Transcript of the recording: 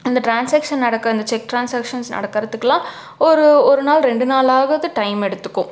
இந்த டிரான்ஸாக்ஷன் நடக்க இந்த செக் டிரான்ஸாக்ஷன்ஸ் நடக்கறத்துக்கு எல்லாம் ஒரு ஒரு நாள் ரெண்டு நாள்லாகாது டைம் எடுத்துக்கும்